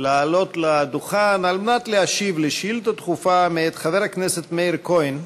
לעלות לדוכן כדי להשיב על שאילתה דחופה מאת חבר הכנסת מאיר כהן.